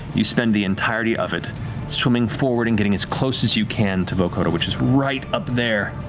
you spend the entirety of it swimming forward and getting as close as you can to vokodo, which is right up there,